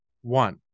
one